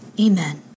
Amen